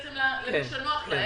אלא נותנים את זה למי שנוח להם,